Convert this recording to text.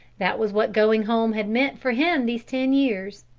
that was what going home had meant for him these ten years,